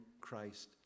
Christ